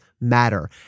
matter